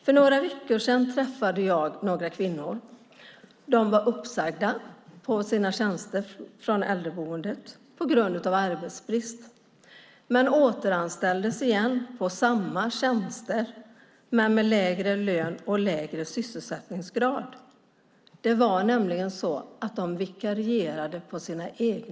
För några veckor sedan träffade jag några kvinnor. De var uppsagda från sina tjänster på äldreboendet på grund av arbetsbrist. Men de återanställdes på samma tjänster med lägre lön och lägre sysselsättningsgrad. De vikarierade nämligen på sina egna vikariat, hur man nu kan göra det.